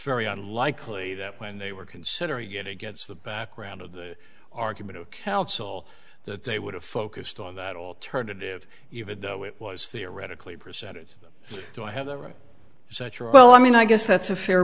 very unlikely that when they were considering it against the background of the argument of counsel that they would have focused on that alternative even though it was theoretically presented do i have the right such a well i mean i guess that's a fair